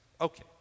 Okay